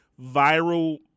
viral